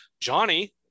johnny